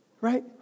Right